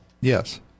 Yes